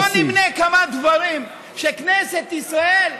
בוא נמנה כמה דברים שבכנסת ישראל,